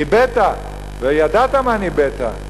ניבאת, וידעת מה ניבאת.